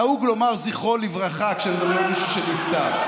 נהוג לומר "זכרו לברכה" כשמדברים על מישהו שנפטר.